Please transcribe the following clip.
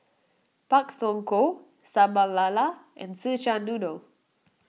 Pak Thong Ko Sambal Lala and Szechuan Noodle